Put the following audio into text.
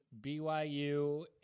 BYU